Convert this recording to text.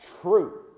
truth